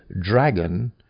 dragon